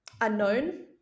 unknown